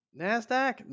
nasdaq